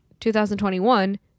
2021